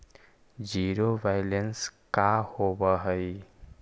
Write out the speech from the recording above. Zero balance का होव हइ?